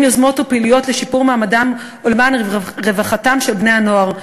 יוזמות ופעילויות לשימור מעמדם ולמען רווחתם של בני-הנוער.